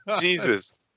Jesus